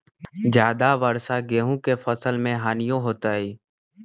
ज्यादा वर्षा गेंहू के फसल मे हानियों होतेई?